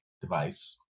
device